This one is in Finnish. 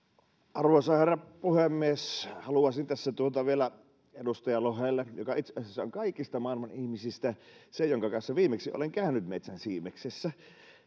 arvoisa herra puhemies haluaisin tässä vielä sanoa edustaja lohelle joka itse asiassa on kaikista maailman ihmisistä se jonka kanssa viimeksi olen käynyt metsän siimeksessä